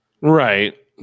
Right